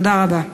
תודה רבה.